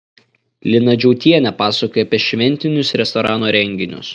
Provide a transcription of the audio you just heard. lina džiautienė pasakoja apie šventinius restorano renginius